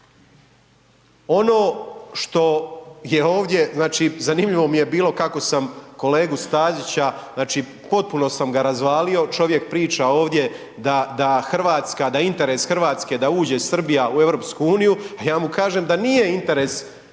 Ono što je ovdje, znači, zanimljivo mi je bilo kako sam kolegu Stazića, znači, potpuno sam ga razvalio, čovjek priča ovdje da RH, da je interes RH da uđe Srbija u EU, a ja mu kažem da nije interes RH da